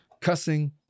cussing